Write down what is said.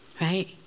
right